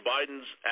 Biden's